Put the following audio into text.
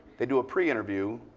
they do a pre-interview.